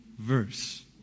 Verse